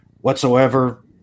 whatsoever